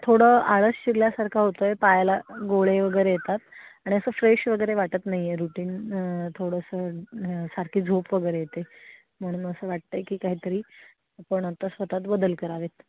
थोडं आळस शिरल्यासारखा होतो आहे पायाला गोळे वगैरे येतात आणि असं फ्रेश वगैरे वाटत नाही आहे रुटीन थोडंसं सारखी झोप वगैरे येते म्हणून असं वाटत आहे की काही तरी आपण आता स्वत त बदल करावेत